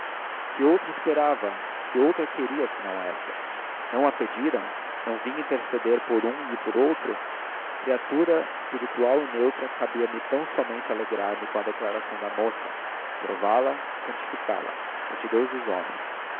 que outra esperava e que outra queria senão essa não a pedira não vinha interceder por um e por outro criatura espiritual e neutra cabia me tão-somente alegrar me com a declaração da moça aprová la e santificá la ante deus e os homens